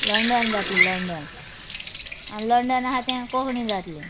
London जातली London आनी London आहा तें कोंकणी जातलें